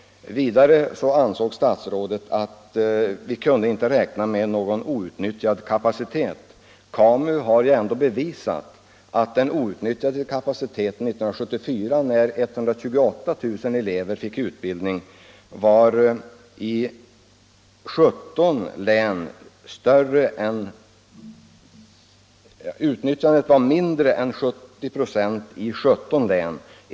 Vidare ansåg statsrådet att vi inte kunde räkna med någon outnyttjad kapacitet. KAMU har ändå nu bevisat att kapacitetsutnyttjandet år 1974 när 128 000 elever fick utbildning var mindre än 70 96 i 17 län.